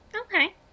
Okay